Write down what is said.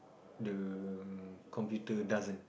the computer doesn't